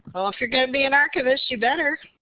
oh, if you're going to be an archivist, you better.